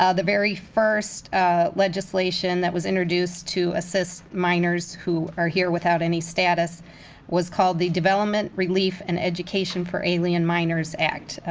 ah the very first legislation that was introduced to assist minors who are here without any status was called the development, relief, and education for alien minors act,